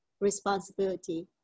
responsibility